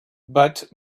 but